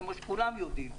כמו שכולם יודעים,